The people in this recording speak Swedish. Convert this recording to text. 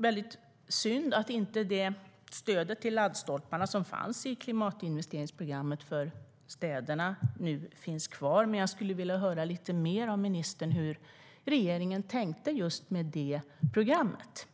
är synd att det stöd till laddstolpar som fanns i klimatinvesteringsprogrammet för städerna inte finns kvar. Jag skulle vilja höra lite mer av ministern hur regeringen tänkte om det programmet.